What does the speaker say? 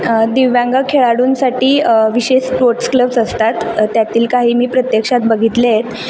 दिव्यांग खेळाडूंसाठी विशेष स्पोर्ट्स क्लब्स असतात त्यातील काही मी प्रत्यक्षात बघितले आहेत